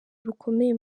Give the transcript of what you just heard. rukomeye